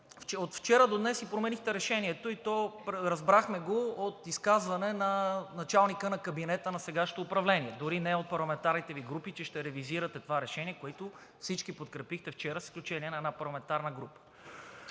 от вчера до днес си променихте решението и го разбрахме от изказване на началника на кабинета на сегашното управление, дори не от парламентарните Ви групи, че ще ревизирате това решение, което всички подкрепихте вчера, с изключение на една парламентарна група.